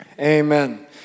Amen